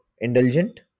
indulgent